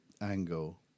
angle